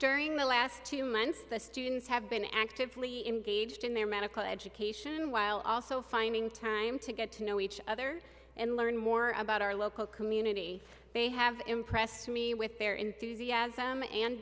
during the last two months the students have been actively engaged in their medical education while also finding time to get to know each other and learn more about our local community they have impressed me with their enthusiasm and